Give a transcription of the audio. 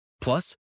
Plus